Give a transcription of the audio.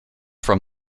from